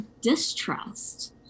distrust